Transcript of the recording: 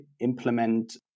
implement